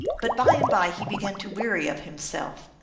but by and by he began to weary of himself.